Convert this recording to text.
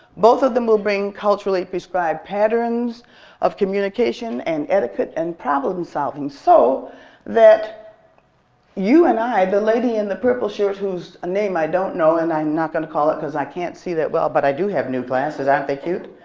both of them will bring culturally prescribed patterns of communication and etiquette and problem solving, so that you and i, the lady in the purple shirt whose name i don't know and i'm not going to call it because i can't see that well but i do have new glasses aren't they cute?